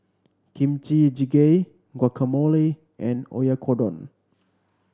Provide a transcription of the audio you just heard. Kimchi Jjigae Guacamole and Oyakodon